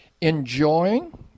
enjoying